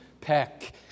peck